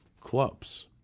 Clubs